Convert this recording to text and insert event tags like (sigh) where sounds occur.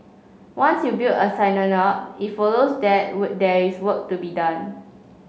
once you build a (unintelligible) it follows that (unintelligible) there is work to be done